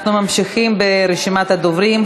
אנחנו ממשיכים ברשימת הדוברים.